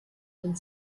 den